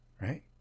right